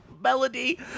melody